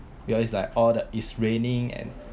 because is like all the is raining and